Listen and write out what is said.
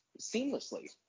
seamlessly